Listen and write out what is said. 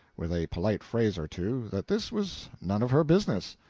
with a polite phrase or two, that this was none of her business.